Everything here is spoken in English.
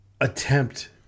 attempt